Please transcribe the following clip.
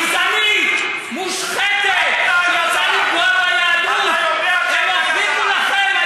ניסיתם לפגוע בכל מה שקדוש ויקר, תתבייש לך.